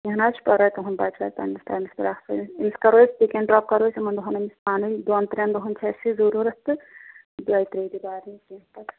کیٚنٛہہ نہَ حظ چھُنہٕ پرٕواے تُہُنٛد بَچہٕ واتہِ پَنٕنِس ٹایمَس پیٚٹھ اَصٕل أمِس کَرو أسۍ پِک اینٛڈ ڈرٛاپ کَرو أسۍ یِمن دۅہن أمِس پانے دۅن ترٛیٚن دۅہن چھُ اَسہِ یہِ ضروٗرت تہٕ دۅیہِ ترٛےٚ دۅہۍ بعد نہٕ کیٚنٛہہ